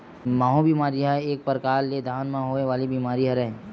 माहूँ बेमारी ह एक परकार ले धान म होय वाले बीमारी हरय